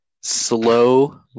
slow